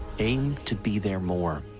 aim to be there more.